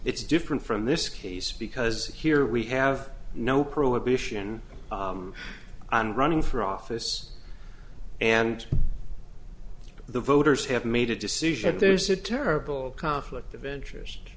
it's different from this case because here we have no prohibition on running for office and the voters have made a decision there's a terrible conflict of interest